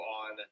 on